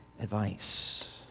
advice